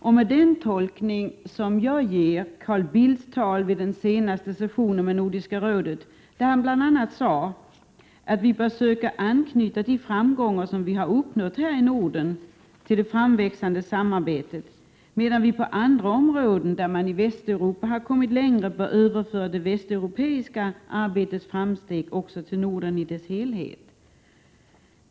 I ett tal vid den senaste sessionen med Nordiska rådet sade Carl Bildt bl.a. att vi bör söka anknyta de framgångar som vi har uppnått här i Norden till det framväxande samarbetet, medan vi på andra områden, där man i Västeuropa har kommit längre, bör överföra det västeuropeiska arbetets framsteg också till Norden i dess helhet.